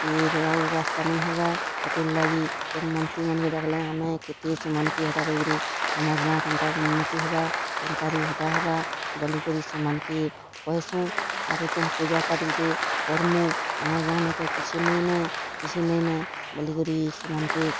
କି ରୋଡ଼୍ ରାସ୍ତା ନାଇଁ ହେବା ସେଥିର୍ ଲାଗି କେନ୍ ମନ୍ତ୍ରୀମାନ୍କେ ଡାକ୍ଲେ ଆମେ କେତେ ସେମାନ୍କେ ହେଟା କରିକିରି ଆମର୍ ଗାଁ କେନ୍ତା ଉନ୍ନତି ହେବା କେନ୍ତାକରି ହେଟା ହେବା ବଲିକରି ସେମାନ୍କେ କହେସୁଁ ଆରୁ କେନ୍ ପୂଜା ପାଠ୍ ଗୁଟେ କର୍ମୁଁ ଆମର୍ ଗାଁନେ ତ କିଛି ନେଇଁନେ କିଛି ନେଇଁନେ ବଲିକରି ସେମାନ୍କେ